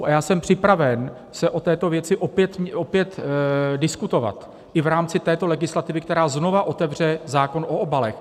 A já jsem připraven o této věci opět diskutovat i v rámci této legislativy, která znovu otevře zákon o obalech.